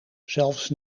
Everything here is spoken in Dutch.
zelfs